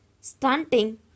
stunting